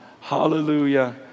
Hallelujah